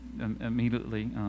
immediately